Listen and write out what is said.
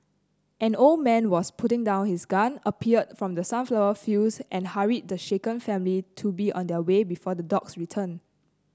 an old man was putting down his gun appeared from the sunflower fields and hurried the shaken family to be on their way before the dogs return